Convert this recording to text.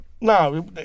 No